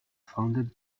founded